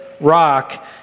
rock